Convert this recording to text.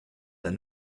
d’un